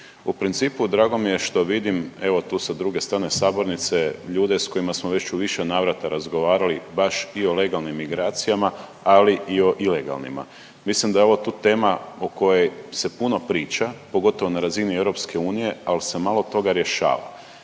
U principu drago mi je što vidim evo tu sa druge strane sabornice ljude s kojima smo već u više navrata razgovarali baš i o legalnim migracijama, ali i o ilegalnima. Mislim da je ovo tu tema o kojoj se puno priča pogotovo na razini EU, ali se malo toga rješava.